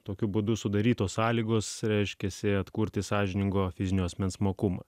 tokiu būdu sudarytos sąlygos reiškiasi atkurti sąžiningo fizinio asmens mokumą